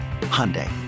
Hyundai